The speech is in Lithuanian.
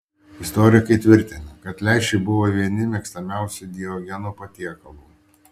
istorikai tvirtina kad lęšiai buvo vieni mėgstamiausių diogeno patiekalų